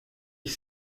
ich